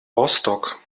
rostock